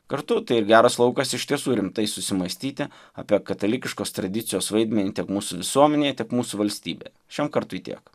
kartu tai ir geras laukas iš tiesų rimtai susimąstyti apie katalikiškos tradicijos vaidmenį tiek mūsų visuomenėje tiek mūsų valstybėje šiam kartui tiek